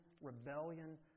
rebellion